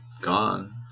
gone